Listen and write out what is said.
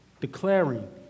declaring